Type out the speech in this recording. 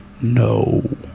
No